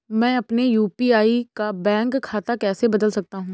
मैं अपने यू.पी.आई का बैंक खाता कैसे बदल सकता हूँ?